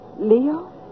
Leo